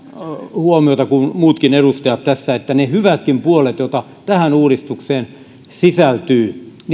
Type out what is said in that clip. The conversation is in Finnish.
huomiota kuin muutkin edustajat tässä että ne hyvätkin puolet joita tähän uudistukseen sisältyy